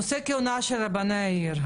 נושא הכהונה של רבני עיר.